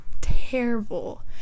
terrible